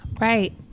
right